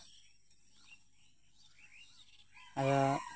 ᱟᱫᱚ